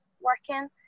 working